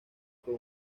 con